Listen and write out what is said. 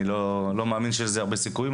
אני לא מאמין שיהיו לזה הרבה סיכויים,